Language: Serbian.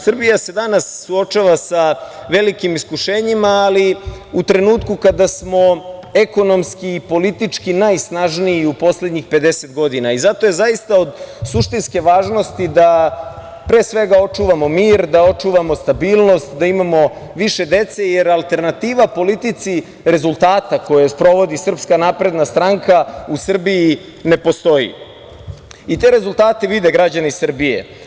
Srbija se danas suočava sa velikim iskušenjima u trenutku kada smo ekonomski i politički najsnažniji u poslednjih 50 godina i zato je zaista od suštinske važnosti da, pre svega, očuvamo mir, da očuvamo stabilnost, da imamo više dece, jer alternativa politici rezultata koju sprovodi SNS u Srbiji ne postoji i te rezultate vide građani Srbije.